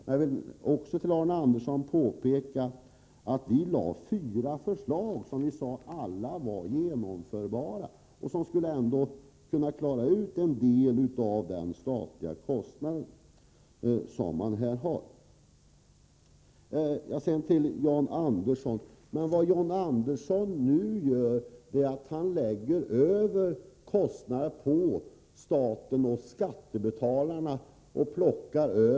Jag vill påpeka för Arne Andersson att vi lade fram fyra förslag, som vi sade alla var genomförbara, varigenom man skulle kunna klara en del av de statliga kostnaderna på detta område. Vad John Andersson nu gör är att plocka kostnader från djurägarna och lägga över dem på staten och skattebetalarna.